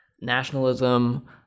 nationalism